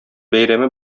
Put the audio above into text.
бәйрәме